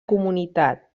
comunitat